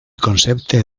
concepte